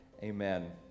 Amen